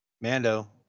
Mando